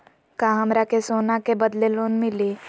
का हमरा के सोना के बदले लोन मिलि?